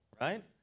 right